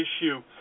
issue